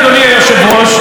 אדוני היושב-ראש,